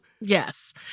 Yes